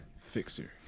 Fixer